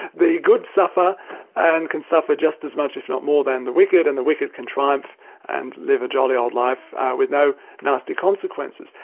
the good suffer and can suffer just as much if not more than the wicked and the wicked can triumph and live a jolly old life with no nasty consequences.